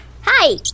Hi